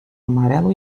amarelo